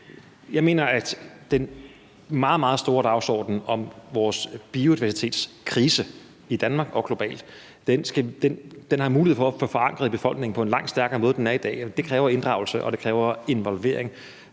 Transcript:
jeg mener, at den meget, meget vigtige dagsorden om vores biodiversitetskrise i Danmark og globalt har vi mulighed for at få forankret i befolkningen på en langt stærkere måde, end den er i dag, og det kræver inddragelse, og det kræver involvering.